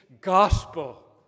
gospel